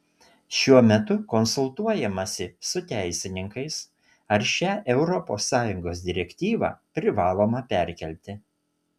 šiuo metu konsultuojamasi su teisininkais ar šią europos sąjungos direktyvą privaloma perkelti